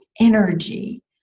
energy